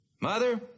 Mother